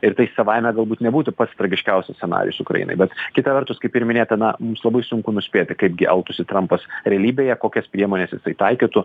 ir tai savaime galbūt nebūtų pats tragiškiausias scenarijus ukrainai bet kita vertus kaip ir minėtina mums labai sunku nuspėti kaipgi elgtųsi trampas realybėje kokias priemones jisai taikytų